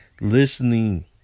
listening